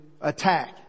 attack